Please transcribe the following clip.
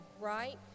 right